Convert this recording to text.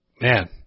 man